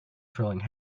trailing